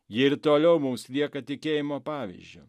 ji ir toliau mums lieka tikėjimo pavyzdžiu